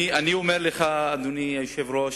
אני אומר לך, אדוני היושב-ראש,